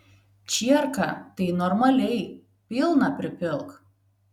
čierką tai normaliai pilną pripilk